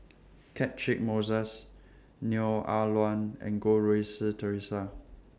Catchick Moses Neo Ah Luan and Goh Rui Si Theresa